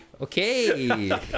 Okay